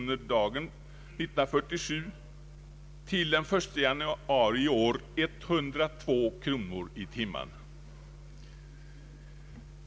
per dag år 1947 till 102 kr. per timme den 1 januari i år.